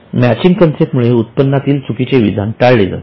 matching concept मुळे उत्पन्नातील चुकीचे विधान टाळले जाते